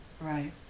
Right